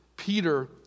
Peter